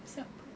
siapa